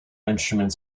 instruments